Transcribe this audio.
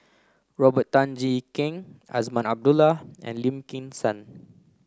Robert Tan Jee Keng Azman Abdullah and Lim Kim San